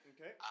Okay